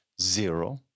zero